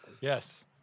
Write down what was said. Yes